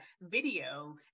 video